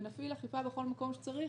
ונפעיל אכיפה בכל מקום שצריך